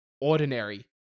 ordinary